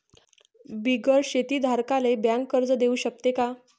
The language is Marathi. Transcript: बिगर शेती धारकाले बँक कर्ज देऊ शकते का?